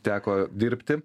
teko dirbti